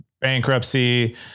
bankruptcy